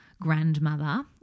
grandmother